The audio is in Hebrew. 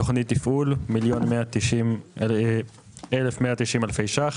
תוכנית תפעול 1,190 אלפי ₪,